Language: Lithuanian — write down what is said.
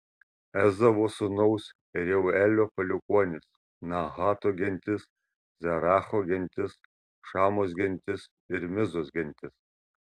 ezavo sūnaus reuelio palikuonys nahato gentis zeracho gentis šamos gentis ir mizos gentis